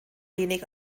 wenig